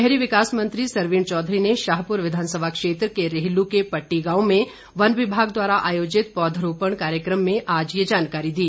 शहरी विकास मंत्री सरवीण चौधरी ने शाहपुर विधानसभा क्षेत्र के रेहलु के पट्टी गांव में वन विभाग द्वारा आयोजित पौधरोपण कार्यक्रम में आज ये जानकारी दी